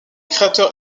créateurs